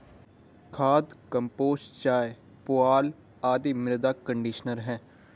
खाद, कंपोस्ट चाय, पुआल आदि मृदा कंडीशनर है